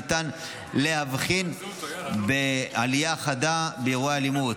ניתן להבחין בעלייה חדה באירועי האלימות.